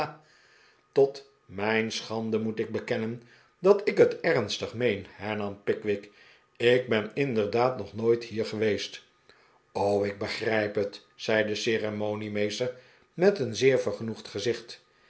tot mijn schande moet ik bekennen dat ik het ernstig meen hernam pickwick ik ben inderdaad nog nooit hier geweest ik begrijp het zei de ceremoniemeester met een zeer vergenoegd gezicht